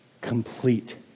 complete